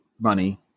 money